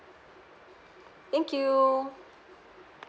thank you